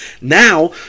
now